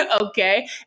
okay